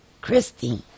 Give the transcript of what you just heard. Christy